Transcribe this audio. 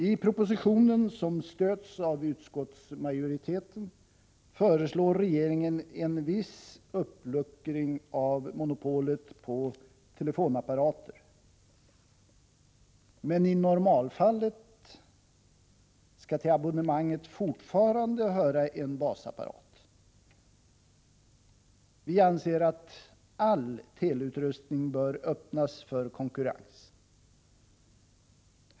I propositionen, som stöds av utskottsmajoriteten, föreslår regeringen en viss uppluckring av monopolet på telefonapparater, men i normalfallet skall till abonnemanget fortfarande höra en basapparat. Vi anser att all teleutrustning bör öppnas för konkurrens.